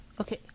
Okay